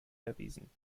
erwiesen